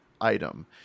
item